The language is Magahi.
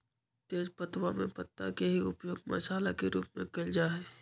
तेजपत्तवा में पत्ता के ही उपयोग मसाला के रूप में कइल जा हई